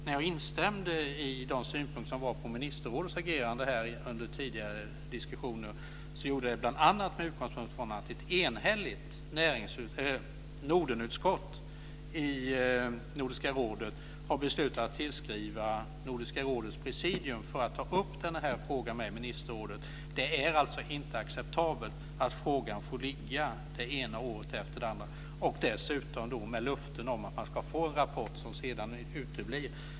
När jag instämde i de synpunkter som under tidigare diskussioner framfördes här på ministerrådets agerande skedde det bl.a. med utgångspunkt i att ett enhälligt nordenutskott i Nordiska rådet har beslutat att tillskriva Nordiska rådets presidium för att ta upp den här frågan med ministerrådet. Det är inte acceptabelt att frågan får bli liggande det ena året efter det andra och att dessutom en utlovad rapport uteblir.